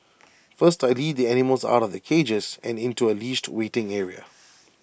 first I lead the animals out of their cages and into A leashed waiting area